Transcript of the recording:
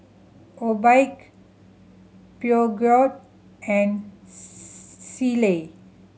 Obike Peugeot and Sealy